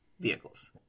vehicles